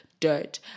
dirt